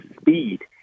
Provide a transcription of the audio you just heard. speed